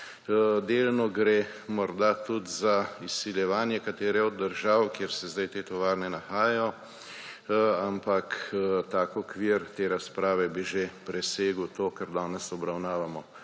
Delno gre morda tudi za izsiljevanje katere od držav, kjer se zdaj te tovarne nahajajo, ampak tak okvir te razprave bi že presegal to, kar danes obravnavamo.